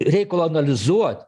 reikalo analizuot